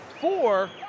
four